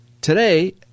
Today